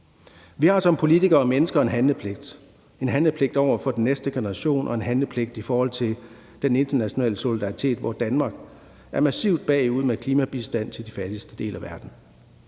Vi har som politikere og mennesker en handlepligt – en handlepligt over for den næste generation og en handlepligt i forhold til den internationale solidaritet, hvor Danmark er massivt bagud med klimabistand til de fattigste dele af verden.